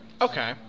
Okay